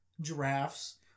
Giraffes